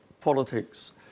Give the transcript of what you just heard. politics